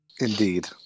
Indeed